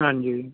ਹਾਂਜੀ